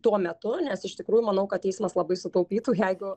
tuo metu nes iš tikrųjų manau kad teismas labai sutaupytų jeigu